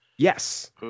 Yes